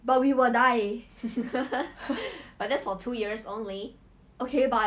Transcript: he's very sensitive